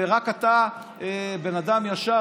ורק אתה בן אדם ישר,